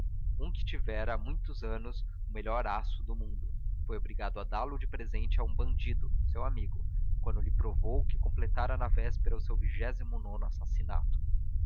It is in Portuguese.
um que tivera há muitos anos o melhor aço do mundo foi obrigado a dá-lo de presente a um bandido seu amigo quando lhe provou que completara na véspera o seu vigésimo nono assassinato